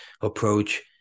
approach